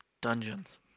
dungeons